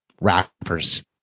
rappers